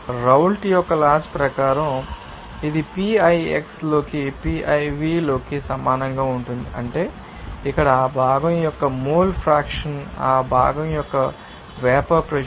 Raoult యొక్క laws ప్రకారం ఇది p i x లోకి p iv లోకి సమానంగా ఉంటుంది అంటే ఇక్కడ ఆ భాగం యొక్క మోల్ ఫ్రాక్షన్ ఆ భాగం యొక్క వేపర్ ప్రెషర్